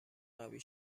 قوی